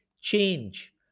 change